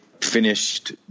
finished